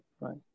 right